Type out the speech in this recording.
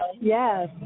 yes